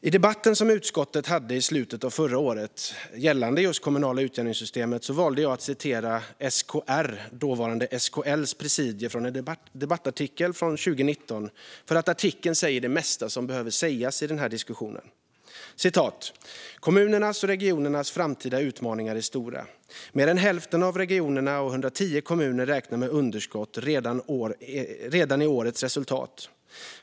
I debatten som utskottet hade i slutet av förra året gällande det kommunala utjämningssystemet valde jag att citera SKR:s, dåvarande SKL:s, presidium från en debattartikel från 2019, detta eftersom artikeln säger det mesta som behöver sägas i den här diskussionen: "Kommunernas och regionernas framtida utmaningar är stora. Mer än hälften av regionerna och 110 kommuner räknar med underskott redan i årets resultat.